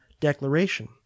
declaration